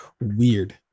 weird